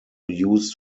used